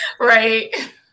right